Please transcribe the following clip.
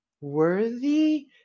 Worthy